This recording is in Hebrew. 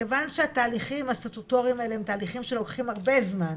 מכיוון שהתהליכים הסטטוטוריים האלה הם תהליכים שלוקחים הרבה זמן,